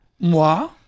Moi